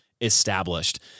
established